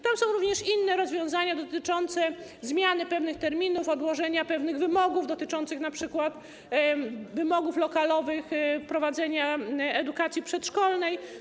Tam są również inne rozwiązania dotyczące zmiany pewnych terminów, odłożenia pewnych wymogów, np. wymogów lokalowych dotyczących prowadzenia edukacji przedszkolnej.